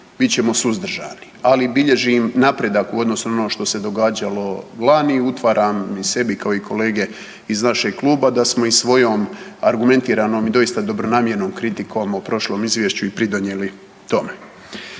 bit ćemo suzdržani. Ali bilježim napredak u odnosu na ono što se događalo lani. Utvaram sebi kao i kolege iz našeg kluba da smo i svojom argumentiranom i doista dobronamjernom kritikom o prošlom izvješću i pridonijeli tome.